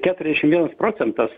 keturiasdešimt vienas procentas